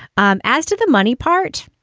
um as to the money part,